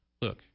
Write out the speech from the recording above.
Look